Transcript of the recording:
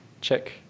check